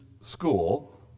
School